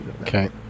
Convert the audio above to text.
Okay